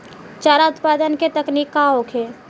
चारा उत्पादन के तकनीक का होखे?